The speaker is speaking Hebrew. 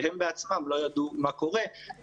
שהם בעצמם לא ידעו מה קורה.